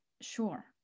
sure